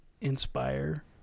inspire